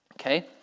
Okay